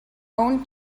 own